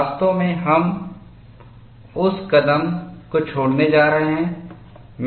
वास्तव में मैं उस कदम को छोड़ने जा रहा हूं